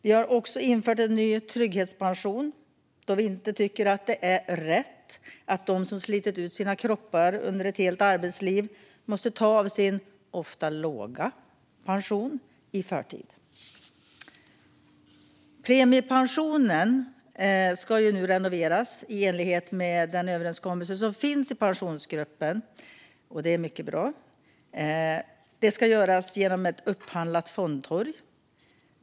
Vi har infört en ny trygghetspension, då vi inte tycker att det är rätt att de som slitit ut sina kroppar under ett helt arbetsliv måste ta av sin, ofta låga, pension i förtid. Premiepensionen ska nu renoveras i enlighet med den överenskommelse som finns i Pensionsgruppen. Det är mycket bra. Det ska göras genom ett upphandlat fondtorg.